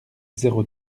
zéro